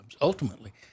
Ultimately